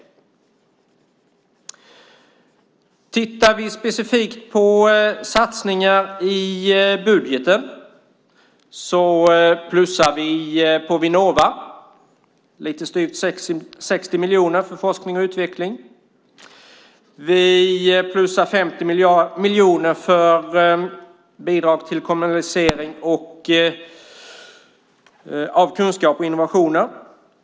Om vi tittar specifikt på satsningar i budgeten kan vi se att vi plussar på lite styvt 60 miljoner för forskning och utveckling i Vinnova. Vi plussar på 50 miljoner för bidrag till kommunalisering av kunskap och innovationer.